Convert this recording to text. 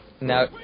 Now